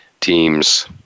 teams